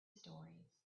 stories